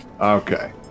Okay